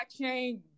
blockchain